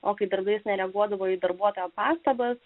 o kai darbais nereaguodavo į darbuotojų pastabas